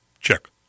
Check